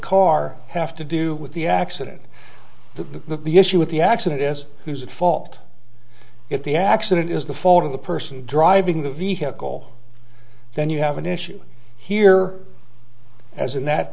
car have to do with the accident the issue with the accident is who's at fault if the accident is the fault of the person driving the vehicle then you have an issue here as in that